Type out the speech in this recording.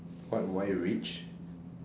what why rich